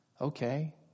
okay